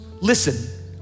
listen